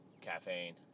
caffeine